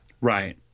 right